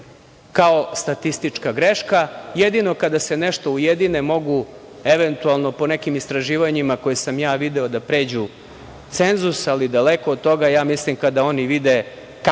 kao statistička greška. Jedino kada se nešto ujedine mogu, eventualno, po nekim istraživanjima koja sam ja video, da pređu cenzus, ali daleko od toga. Mislim kada oni vide